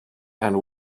and